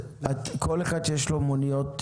כל אחד שיש לו מוניות,